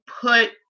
put